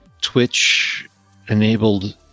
Twitch-enabled